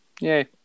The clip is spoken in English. Yay